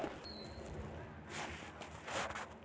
biofuel biomass कहल जावे वाला मरल ऑर्गेनिक तत्व से बनावल जा हइ